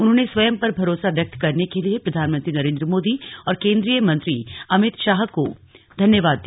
उन्होंने स्वयं पर भरोसा व्यक्त करने के लिए प्रधानमंत्री नरेन्द्र मोदी और केंद्रीय मंत्री अमित शाह को धन्यवाद दिया